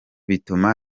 bituma